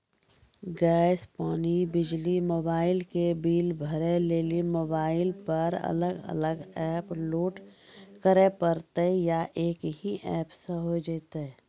Gas, पानी, बिजली, mobile के बिल भरे लेली मोबाइल पर अलग अलग एप्प लोड करे परतै या एक ही एप्प से होय जेतै?